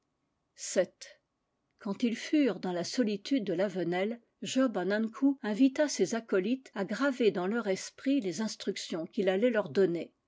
quand ils furent dans la solitude de la venelle job an ankou invita ses acolytes à graver dans leur esprit les ins tructions qu'il allait leur donner